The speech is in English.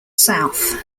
south